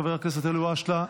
חבר הכנסת אלהואשלה,